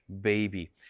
baby